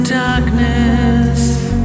darkness